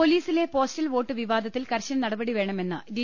പൊലീസിലെ postal vote വിവാദത്തിൽ കർശന നട പടി വേണമെന്ന് ഡി